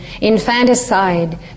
infanticide